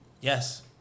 Yes